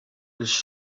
dus